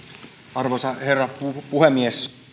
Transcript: arvoisa herra puhemies